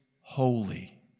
holy